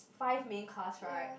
five main casts right